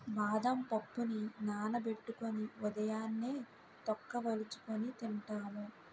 బాదం పప్పుని నానబెట్టుకొని ఉదయాన్నే తొక్క వలుచుకొని తింటాము